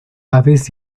aves